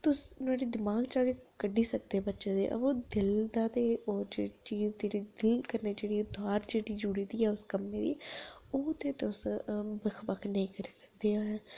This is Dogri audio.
तुस नुआढ़े दिमाग चा ते कड्ढी सकदे बच्चे दे अवा ओ दिल दा ते ओह् जेह्ड़ी चीज दिल दे कन्नै जेह्ड़ी तार जेह्ड़ी जुड़ी दी ऐ उस कम्मे दी ओह् ते तुस बक्ख बक्ख नेईं करी सकदे हैन